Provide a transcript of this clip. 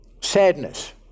Sadness